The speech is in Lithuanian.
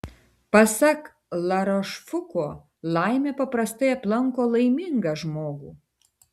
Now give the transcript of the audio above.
pasak larošfuko laimė paprastai aplanko laimingą žmogų